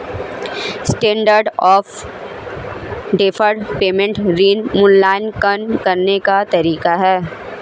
standard of deferred payment ऋण मूल्यांकन करने का तरीका है